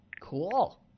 Cool